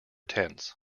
tents